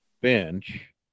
Bench